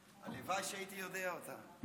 הלוואי שהייתי יודע אותה.